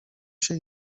się